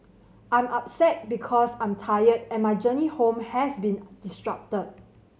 I'm upset because I'm tired and my journey home has been disrupted